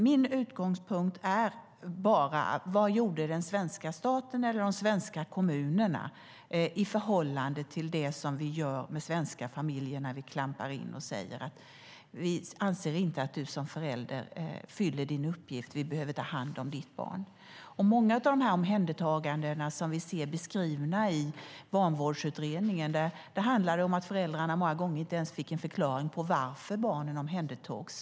Min utgångspunkt är bara: Vad gjorde den svenska staten eller de svenska kommunerna i förhållande till det som vi gör med svenska familjer när vi klampar in och säger att vi anser att någon som förälder inte fyller sin uppgift och att vi behöver ta hand om barnet? I många av de omhändertaganden som vi ser beskrivna i Vanvårdsutredningen handlar det om att föräldrarna många gånger inte ens fick en förklaring på varför barnen omhändertogs.